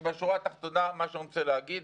ובשורה התחתונה, מה שאני רוצה להגיד: